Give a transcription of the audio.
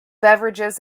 beverages